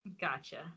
Gotcha